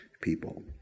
people